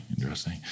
interesting